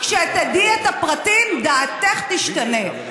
כשתדעי את הפרטים, דעתך תשתנה.